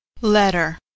Letter